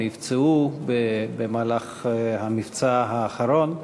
או נפצעו במהלך המבצע האחרון.